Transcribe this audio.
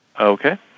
Okay